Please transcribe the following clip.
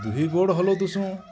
ଦୁଇଗୋଡ଼ ହଲଉଁଦୁସୁଁ